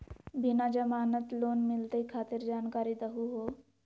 बिना जमानत लोन मिलई खातिर जानकारी दहु हो?